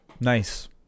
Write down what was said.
Nice